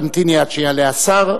תמתיני עד שיעלה השר,